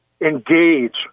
engage